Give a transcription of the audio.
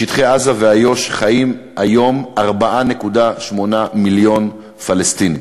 בשטחי עזה ואיו"ש חיים היום 4.8 מיליון פלסטינים.